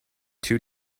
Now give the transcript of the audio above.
two